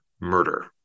murder